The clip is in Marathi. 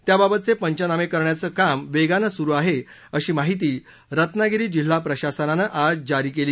त्याबाबतचे पंचनामे करण्याचं काम वेगाने सुरू आहे अशी माहिती रत्नागिरी जिल्हा प्रशासनानं आज जारी केली